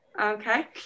Okay